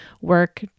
work